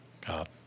God